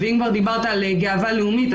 ואם כבר דיברת על גאווה לאומית,